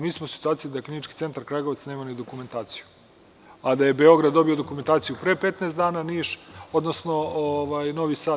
Mi smo u situaciji da Klinički centar Kragujevac nema ni dokumentaciju, a da je Beograd dobio dokumentaciju pre 15 dana, Novi Sad isto pre par nedelja.